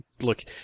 Look